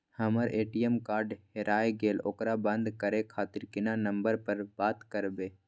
हमर ATM card हेराय गेले ओकरा बंद करे खातिर केना नंबर पर बात करबे?